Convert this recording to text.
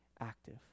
Active